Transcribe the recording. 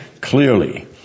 clearly